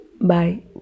Bye